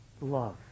love